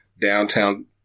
downtown